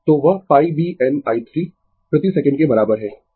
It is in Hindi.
तो वह π b n i 3 प्रति सेकंड के बराबर है